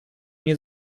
nie